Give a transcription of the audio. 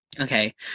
okay